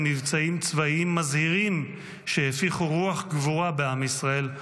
במבצעים צבאיים מזהירים שהפיחו רוח גבורה בעם ישראל,